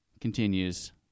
continues